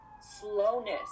slowness